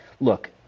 look